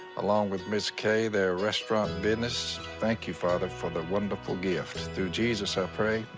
along with miss kay, their restaurant business. thank you, father, for the wonderful gift. through jesus, i pray,